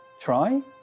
try